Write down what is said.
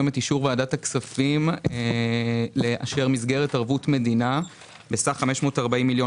מוועדת הכספים לאשר מסגרת ערבות מדינה בסך 540 מיליון